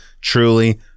truly